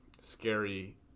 Scary